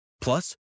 Plus